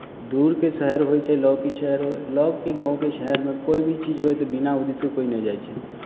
दूरके शहर होय चाहे लगके शहर होय लगके गाँवके शहरमे कोइ भी चीज होय तऽ बिना उद्देश्यके कोइ नहि जाइ छै